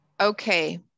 Okay